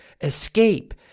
escape